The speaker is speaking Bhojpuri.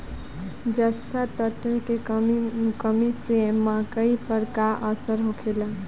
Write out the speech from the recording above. जस्ता तत्व के कमी से मकई पर का असर होखेला?